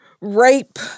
rape